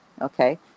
okay